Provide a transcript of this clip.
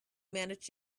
manage